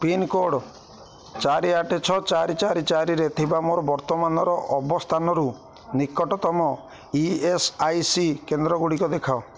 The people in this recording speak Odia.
ପିନ୍କୋଡ଼୍ ଚାରି ଆଠ ଛଅ ଚାରି ଚାରି ଚାରିରେ ଥିବା ମୋର ବର୍ତ୍ତମାନର ଅବସ୍ଥାନରୁ ନିକଟତମ ଇ ଏସ୍ ଆଇ ସି କେନ୍ଦ୍ରଗୁଡ଼ିକ ଦେଖାଅ